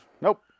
Nope